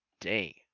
day